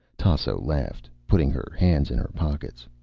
tasso laughed, putting her hands in her pockets.